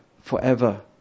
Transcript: forever